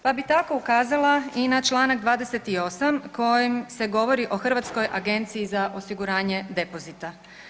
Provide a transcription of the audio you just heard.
Pa bih tako ukazala i na čl. 28. u kojem se govori o Hrvatskoj agenciji za osiguranje depozita.